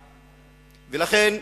ולכן,